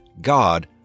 God